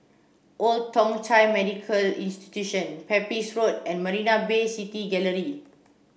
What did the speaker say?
Old Thong Chai Medical Institution Pepys Road and Marina Bay City Gallery